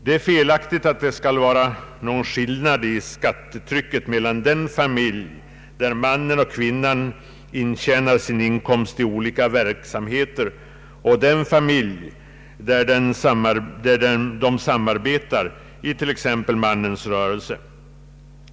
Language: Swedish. Det är felaktigt att det skall vara någon skillnad i skattetrycket mellan den familj där mannen och kvinnan intjänar sin inkomst i olika förvärvsverksamheter och den familj där de samarbetar i t.ex. mannens rörelse.